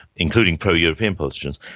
including pro-european politicians,